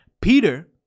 Peter